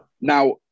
Now